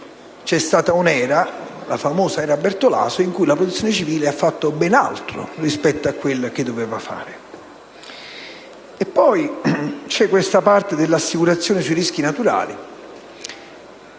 c'è stata un'era, la famosa era Bertolaso, in cui la protezione civile ha fatto ben altro rispetto a quello che doveva fare. Vi è poi la parte sull'assicurazione da rischi naturali.